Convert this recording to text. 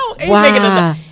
Wow